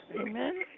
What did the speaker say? Amen